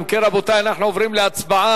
אם כן, רבותי, אנחנו עוברים להצבעה.